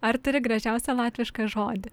ar turi gražiausią latvišką žodį